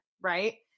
right